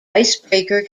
icebreaker